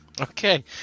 Okay